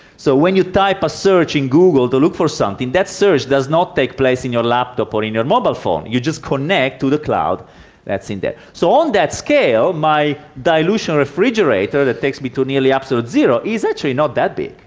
so when you type a search in google to look for something, that search does not take place in your laptop or in your mobile phone, you just connect to the cloud that's in there. so on that scale, my dilution refrigerator that takes me to nearly absolute zero is actually not bad big.